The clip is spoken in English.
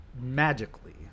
magically